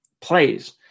plays